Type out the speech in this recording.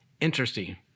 Interesting